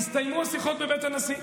יסתיימו השיחות בבית הנשיא.